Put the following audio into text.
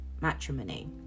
matrimony